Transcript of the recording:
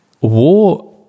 War